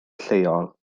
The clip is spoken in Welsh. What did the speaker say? lleol